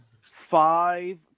five